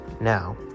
Now